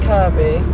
Kirby